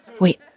Wait